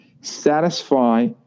satisfy